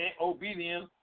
obedience